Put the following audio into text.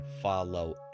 follow